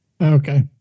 Okay